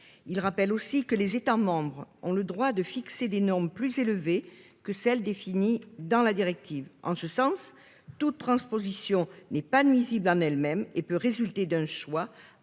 Il rappelait aussi que les États membres avaient le droit de fixer des normes plus élevées que celles qui étaient définies par la directive. En ce sens, toute surtransposition n'est pas nuisible en elle-même et peut résulter d'un choix